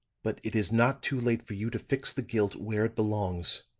but it is not too late for you to fix the guilt where it belongs.